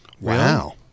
Wow